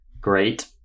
Great